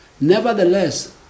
Nevertheless